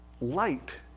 light